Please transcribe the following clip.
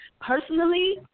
personally